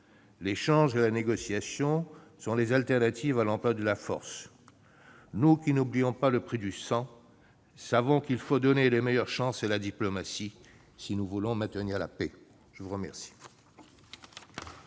L'échange et la négociation sont les alternatives à l'emploi de la force. Nous qui n'oublions pas le prix du sang savons qu'il faut donner les meilleures chances à la diplomatie si nous voulons maintenir la paix. La parole